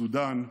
סודאן ומרוקו.